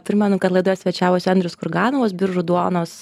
primenu kad laidoje svečiavosi andrius kurganovas biržų duonos